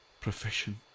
profession